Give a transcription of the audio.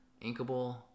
Inkable